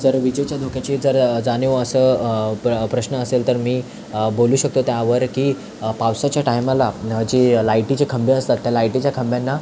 जर विजेच्या धोक्याची जर जाणीव असं पं प्रश्न असेल तर मी बोलू शकतो त्यावर की पावसाच्या टायमाला जे लायटीचे खांब असतात त्या लायटीच्या खांबांना